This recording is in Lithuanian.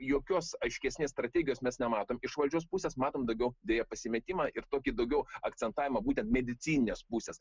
jokios aiškesnės strategijos mes nematom iš valdžios pusės matom daugiau deja pasimetimą ir tokį daugiau akcentavimą būtent medicininės pusės